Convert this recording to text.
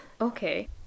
okay